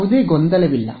ಯಾವುದೇ ಗೊಂದಲವಿಲ್ಲ